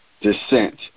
descent